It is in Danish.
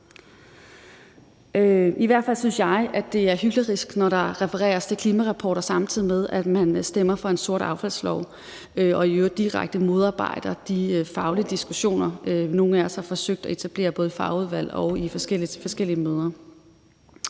i hvert fald, at det er hyklerisk, når der refereres til klimarapporter, samtidig med at man stemmer for en sort affaldslov og i øvrigt direkte modarbejder de faglige diskussioner, nogle af os har forsøgt at etablere både i fagudvalg og på forskellige møder.